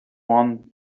one